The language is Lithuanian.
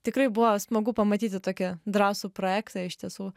tikrai buvo smagu pamatyti tokią drąsų projektą iš tiesų